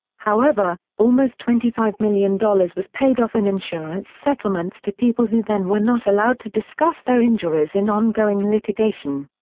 however, almost twenty five million dollars was paid off in insurance settlements to people who then were not allowed to discuss their injuries in ongoing litigation.